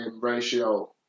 ratio